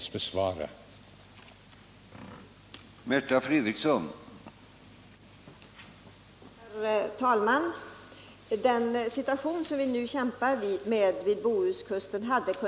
att förbättra oljebekämpningen till